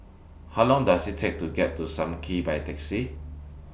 How Long Does IT Take to get to SAM Kee By Taxi